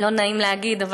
לא נעים להגיד,